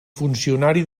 funcionari